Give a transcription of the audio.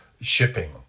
shipping